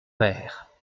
père